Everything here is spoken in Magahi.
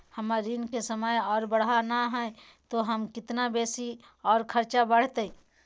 हमर ऋण के समय और बढ़ाना है तो हमरा कितना बेसी और खर्चा बड़तैय?